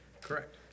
Correct